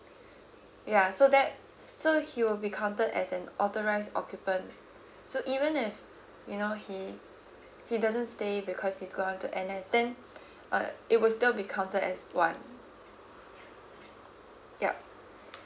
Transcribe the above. ya so that so he will be counted as an authorised occupant so even if you know he he doesn't stay because he got into N_S then uh it will still be counted as one yup